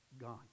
Gone